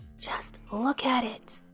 just look at it.